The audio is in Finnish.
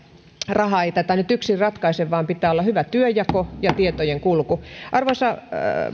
raha ei tätä nyt yksin ratkaise vaan pitää olla hyvä työnjako ja tietojen kulku arvoisa